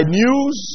news